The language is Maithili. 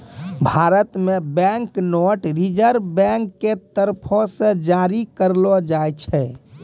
भारत मे बैंक नोट रिजर्व बैंक के तरफो से जारी करलो जाय छै